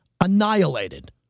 Annihilated